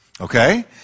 Okay